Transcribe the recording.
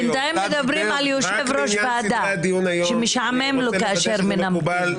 בינתיים מדברים על יושב-ראש ועדה שמשעמם לו כאשר מנמקים.